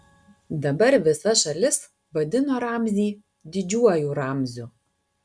dabar visa šalis vadino ramzį didžiuoju ramziu